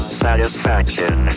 satisfaction